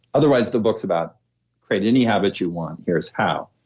otherwise, the book's about create any habit you want. here's how.